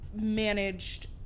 managed